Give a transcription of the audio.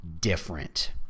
different